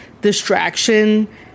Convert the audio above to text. distraction